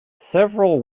several